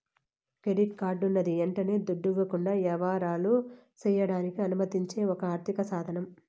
credit కార్డన్నది యంటనే దుడ్డివ్వకుండా యవహారాలు సెయ్యడానికి అనుమతిచ్చే ఒక ఆర్థిక సాదనం